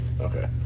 Okay